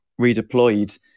redeployed